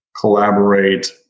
collaborate